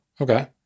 okay